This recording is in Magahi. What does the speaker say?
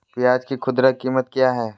प्याज के खुदरा कीमत क्या है?